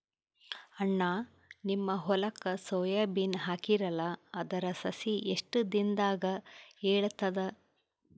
ಅಣ್ಣಾ, ನಿಮ್ಮ ಹೊಲಕ್ಕ ಸೋಯ ಬೀನ ಹಾಕೀರಲಾ, ಅದರ ಸಸಿ ಎಷ್ಟ ದಿಂದಾಗ ಏಳತದ?